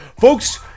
Folks